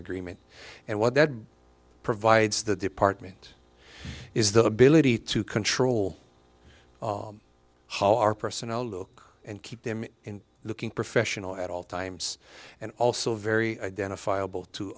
agreement and what that provides the department is the ability to control how our personnel look and keep them in the king professional at all times and also very identifiable to